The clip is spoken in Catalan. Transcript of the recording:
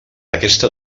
aquesta